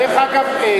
דרך אגב,